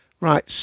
Right